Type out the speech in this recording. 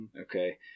okay